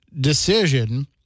decision